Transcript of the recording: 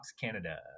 canada